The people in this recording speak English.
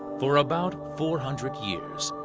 for about four hundred years,